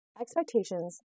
expectations